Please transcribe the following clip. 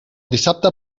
dissabte